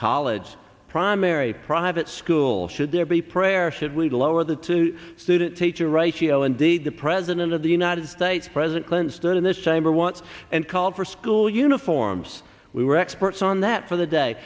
college primary private school should there be prayer should we lower the to student teacher ratio indeed the president of the united states president clinton stood in this chamber once and called for school uniforms we were experts on that for the day